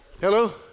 Hello